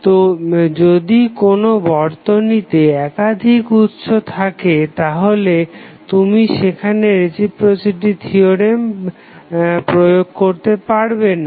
তো যদি কোনো বর্তনীতে একাধিক উৎস থাকে তাহলে তুমি সেখানে রেসিপ্রোসিটি থিওরেম প্রয়োগ করতে পারবে না